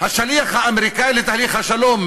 השליח האמריקני לתהליך השלום,